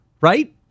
Right